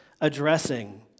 addressing